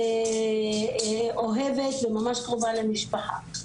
אוהבת וממש קרובה למשפחה.